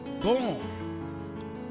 born